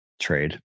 Trade